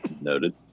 Noted